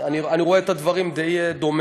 אלה היקפים מאוד מאוד גדולים.